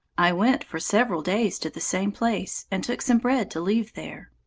i went for several days to the same place, and took some bread to leave there.